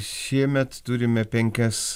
šiemet turime penkias